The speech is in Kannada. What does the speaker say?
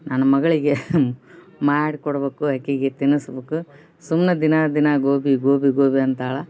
ನನ್ನ ಮಗಳಿಗೆ ಮಾಡ್ಕೊಡ್ಬೇಕು ಆಕೆಗೆ ತಿನ್ನಸ್ಬೇಕು ಸುಮ್ನೆ ದಿನಾ ದಿನ ಗೋಬಿ ಗೋಬಿ ಗೋಬಿ ಅಂತಾಳೆ